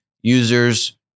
users